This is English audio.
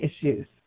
issues